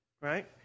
Right